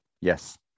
Yes